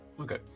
Okay